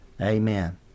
Amen